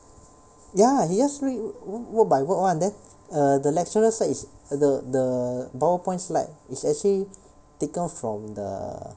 ya he just read w~ word by word [one] then err the lecturer slide is the the powerpoint slides is actually taken from the